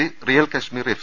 C real Kashmir F